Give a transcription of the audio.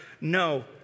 No